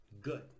good